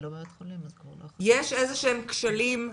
יש איזה שהם כשלים?